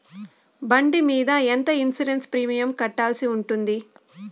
బండి మీద ఎంత ఇన్సూరెన్సు ప్రీమియం కట్టాల్సి ఉంటుంది?